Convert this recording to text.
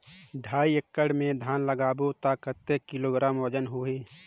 ढाई एकड़ मे धान लगाबो त कतेक किलोग्राम वजन होही?